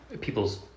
people's